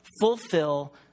fulfill